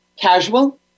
casual